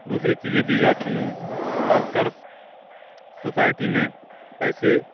دوسری چیزیں دی جاتی ہیں خاص کر سوسائٹی میں پیسے